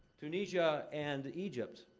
tunisia and egypt.